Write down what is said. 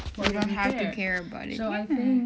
what we have to care about it